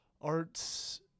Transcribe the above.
Arts